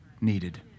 needed